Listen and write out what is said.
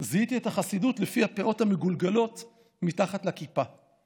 זיהיתי את החסידות לפי הפאות המגולגלות מתחת לכיפה.